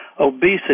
Obesity